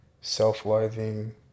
self-loathing